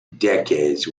decades